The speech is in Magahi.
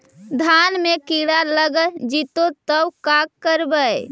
धान मे किड़ा लग जितै तब का करबइ?